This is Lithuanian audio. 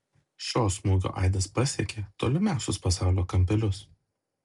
šio smūgio aidas pasiekė tolimiausius pasaulio kampelius